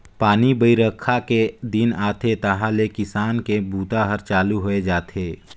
पानी बाईरखा दिन आथे तहाँले किसान मन के बूता हर चालू होए जाथे